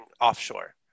offshore